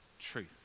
truth